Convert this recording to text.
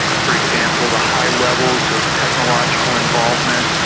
for example the high levels of technological involvement,